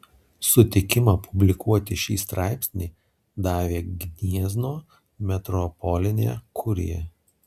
sutikimą publikuoti šį straipsnį davė gniezno metropolinė kurija